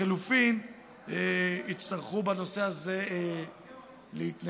לחלופין, יצטרכו בנושא הזה להתנגד.